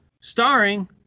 starring